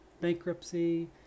bankruptcy